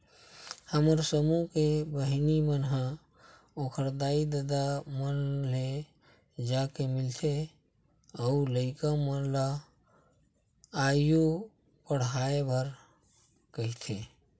हमर समूह के बहिनी मन ह ओखर दाई ददा मन ले जाके मिलथे अउ लइका मन ल आघु पड़हाय बर कहिथे